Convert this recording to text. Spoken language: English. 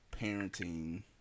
parenting